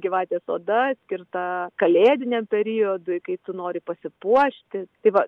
gyvatės oda skirta kalėdiniam periodui kai tu nori pasipuošti tai va